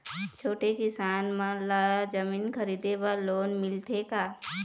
छोटे किसान मन ला जमीन खरीदे बर लोन मिलथे का?